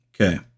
Okay